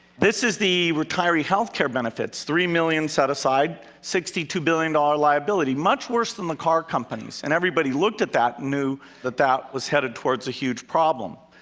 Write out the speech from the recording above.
this is the retiree health care benefits. three million set aside, sixty two billion dollar liability much worse than the car companies. and everybody looked at that and knew that that was headed toward a huge problem.